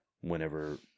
whenever